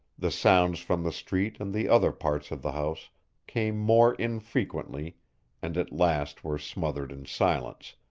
the sounds from the streets and the other parts of the house came more infrequently and at last were smothered in silence,